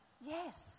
Yes